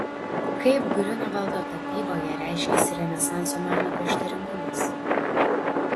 kaip griunevaldo tapyboje reiškėsi renesanso meno prieštaringumas